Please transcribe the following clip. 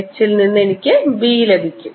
H ൽ നിന്ന് എനിക്ക് B ലഭിക്കും